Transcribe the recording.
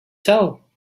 tell